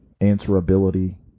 answerability